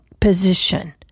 position